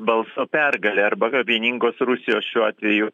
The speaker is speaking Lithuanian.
balso pergalė arba vieningos rusijos šiuo atveju